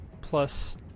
plus